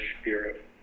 spirit